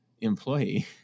employee